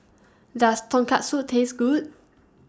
Does Tonkatsu Taste Good